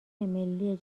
ملی